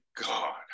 god